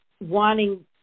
wanting